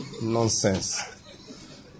Nonsense